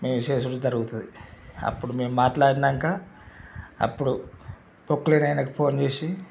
మేము చేసుడు జరుగుతుంది అప్పుడు మేము మాట్లాడినాక అప్పుడు ప్రొక్లేన్ ఆయనకి ఫోన్ చేసి